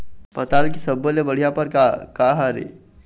पताल के सब्बो ले बढ़िया परकार काहर ए?